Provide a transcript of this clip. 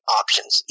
options